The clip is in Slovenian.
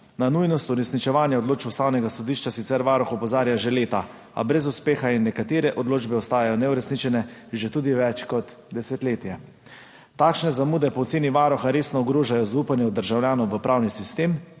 Na nujnost uresničevanja odločb Ustavnega sodišča sicer Varuh opozarja že leta, a brez uspeha in nekatere odločbe ostajajo neuresničene že tudi več kot desetletje. Takšne zamude po oceni varuha resno ogrožajo zaupanje državljanov v pravni sistem